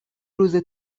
روزه